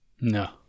No